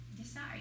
decide